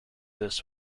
this